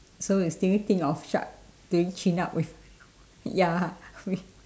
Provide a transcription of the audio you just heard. so you still think of shark doing chin up with ya with